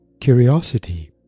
Curiosity